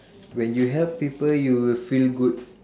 when you help people you will feel good